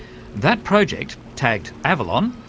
that project, tagged avalon,